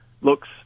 looks